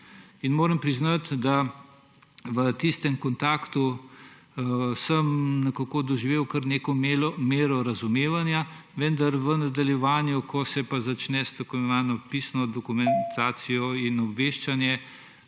Moram priznati, da sem v tistem kontaktu doživel kar neko mero razumevanja, vendar v nadaljevanju, ko se pa začne s tako imenovano pisno dokumentacijo in obveščanjem,